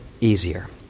easier